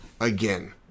again